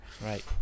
Right